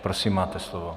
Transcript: Prosím máte slovo.